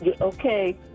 Okay